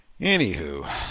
Anywho